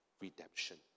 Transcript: redemption